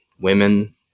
women